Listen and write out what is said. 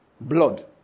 Blood